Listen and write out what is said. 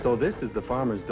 so this is the farmer